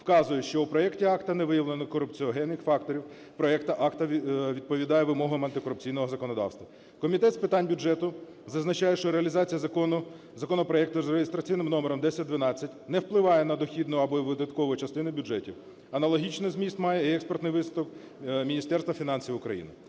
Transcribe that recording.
вказує, що у проекті акту не виявлено корупціогенних факторів, проект акту відповідає вимогам антикорупційного законодавства. Комітет з питань бюджету зазначає, що реалізація законопроекту з реєстраційним номером 1012 не впливає на дохідну або видаткову частину бюджетів. Аналогічний зміст має і експертний висновок Міністерства фінансів України.